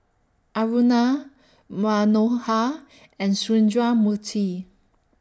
Aruna Manohar and Sundramoorthy